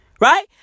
right